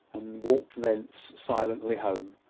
and walked thence silently home.